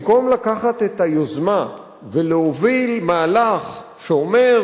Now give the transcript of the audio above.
במקום לקחת את היוזמה ולהוביל מהלך שאומר